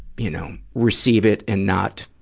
you know, receive it and not,